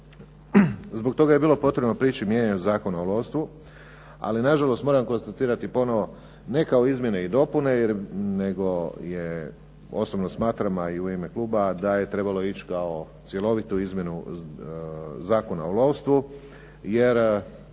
Zbog toga je bilo potrebno … /Govornik se ne razumije./… mijenjanju Zakona o lovstvu, ali nažalost moram konstatirati ponovo, ne kao izmjene i dopune, nego osobno smatram, a i u ime kluba da je trebalo ići kao cjelovitu izmjenu Zakona o lovstvu jer